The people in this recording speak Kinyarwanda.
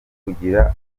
kugira